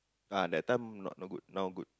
ah that time not good now good